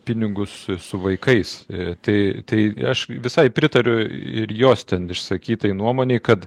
pinigus su vaikais tai tai aš visai pritariu ir jos ten išsakytai nuomonei kad